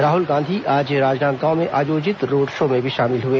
राहुल गांधी आज राजनादंगांव में आयोजित रोड शो में भी शामिल हए